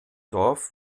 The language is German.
dorf